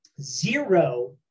Zero